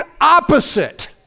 opposite